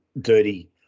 dirty